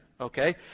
Okay